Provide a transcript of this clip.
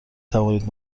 توانید